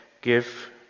give